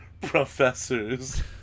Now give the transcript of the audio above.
professors